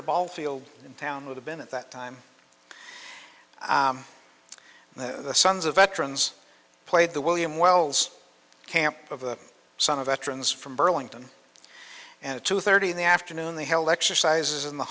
the ball field in town would have been at that time the sons of veterans played the william wells camp of the son of veterans from burlington and at two thirty in the afternoon they held exercises in the